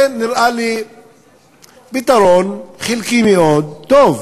זה נראה לי פתרון חלקי מאוד טוב.